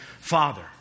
Father